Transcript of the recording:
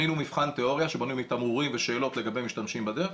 בנינו מבחן תיאוריה שבנוי מתמרורים ושאלות לגבי משתמשים בדרך.